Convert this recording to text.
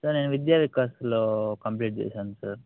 sir నేను విద్యావికాస్లో complete చేసాను సార్